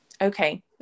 okay